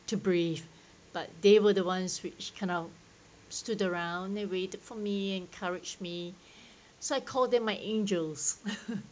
to breathe but they were the ones which kind of stood around they waited for me encouraged me so I called them my angels